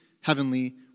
heavenly